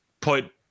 put